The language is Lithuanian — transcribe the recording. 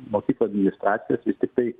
mokyklų administracijas vis tiktai